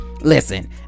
listen